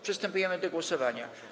Przystępujemy do głosowania.